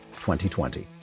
2020